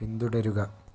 പിന്തുടരുക